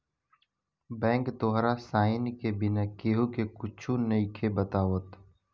bank तोहार sign के बिना केहु के कुच्छो नइखे बतावत